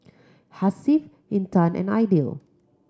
Hasif Intan and Aidil